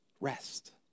rest